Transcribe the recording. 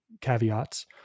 caveats